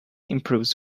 improves